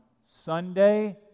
Sunday